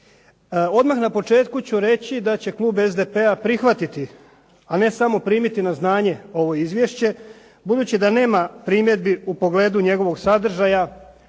Odmah na početku ću reći da će klub SDP-a prihvatiti, a ne samo primiti na znanje ovo izvješće budući da nema primjedbi u pogledu njegovog sadržaja